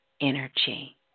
energy